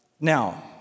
now